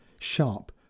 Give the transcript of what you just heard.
sharp